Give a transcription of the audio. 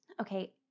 Okay